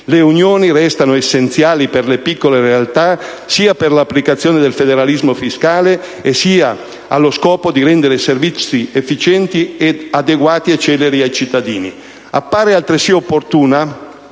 Le unioni restano essenziali per le piccole realtà, sia per l'applicazione del federalismo fiscale, sia allo scopo di rendere i servizi efficienti, adeguati e celeri ai cittadini. Appare altresì opportuna